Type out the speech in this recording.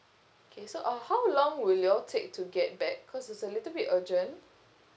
okay so uh how long will you all take to get back cause it's a little bit urgent